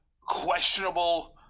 questionable